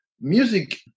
Music